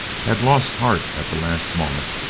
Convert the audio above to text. had lost heart at the last moment.